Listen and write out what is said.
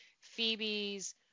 Phoebe's